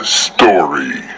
story